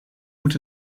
moet